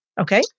Okay